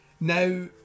Now